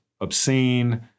obscene